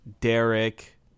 Derek